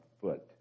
foot